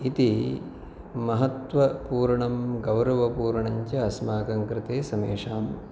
इति महत्वपूर्णं गौरवपूर्णञ्च अस्माकं कृते समेषाम्